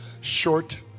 short